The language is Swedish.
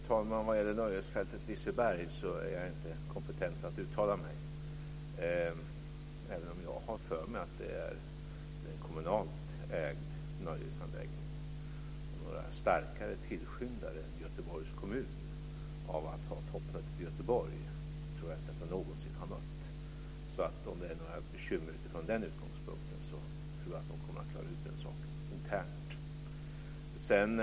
Fru talman! Vad gäller nöjesfältet Liseberg är jag inte kompetent att uttala mig, även om jag har för mig att det är en kommunalt ägd nöjesanläggning. Några starkare tillskyndare än Göteborgs kommun av att ha toppmötet i Göteborg tror jag inte att jag någonsin har mött. Om det är några bekymmer från den utgångspunkten tror jag att de kommer att klara ut den saken internt.